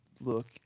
look